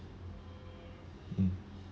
mm